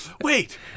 Wait